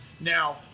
Now